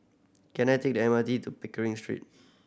can I take the M R T to Pickering Street